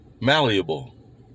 malleable